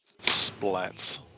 splats